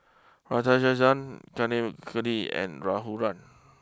Kaneganti and Raghuram